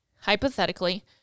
hypothetically